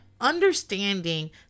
understanding